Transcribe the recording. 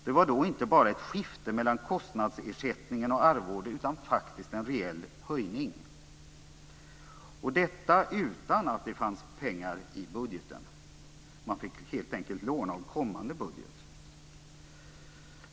Det var då inte bara ett skifte mellan kostnadsersättning och arvode utan faktiskt en reell höjning, detta utan att det fanns pengar i budgeten. Man fick helt enkelt låna av kommande budget.